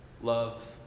love